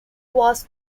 was